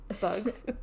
Bugs